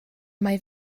mae